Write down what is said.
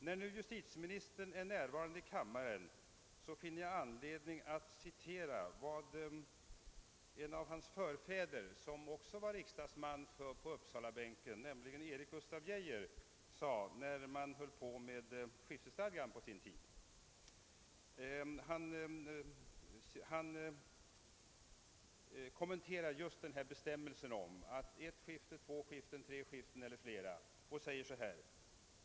När justitieministern statsrådet Geijer nu är närvarande i kammaren finner jag anledning citera vad en av hans förfäder — som också var riksdagsman på Uppsalabänken — nämligen Erik Gustaf Geijer sade när man på sin tid höll på med skiftesstadgan. Han kommenterade just bestämmelsen om ett, två, tre eller flera skiften.